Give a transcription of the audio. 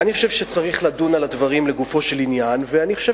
אני חושב שצריך לדון בדברים לגופו של עניין ואני חושב